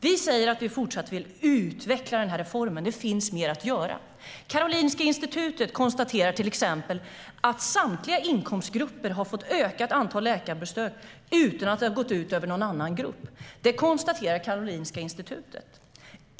Vi säger att vi fortsatt vill utveckla den här reformen. Det finns mer att göra. Karolinska Institutet konstaterar till exempel att samtliga inkomstgrupper har fått ett ökat antal läkarbesök utan att det har gått ut över någon annan grupp. Det konstaterar Karolinska Institutet.